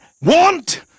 Want